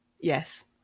Yes